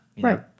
Right